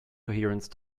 coherence